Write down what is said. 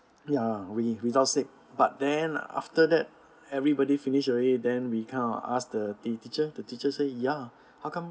ya wi~ without sick but then after that everybody finish already then we kind of ask the teacher the teacher say ya how come